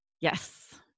yes